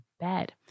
bed